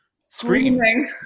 Screaming